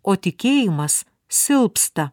o tikėjimas silpsta